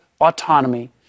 autonomy